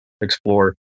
explore